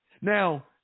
now